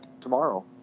tomorrow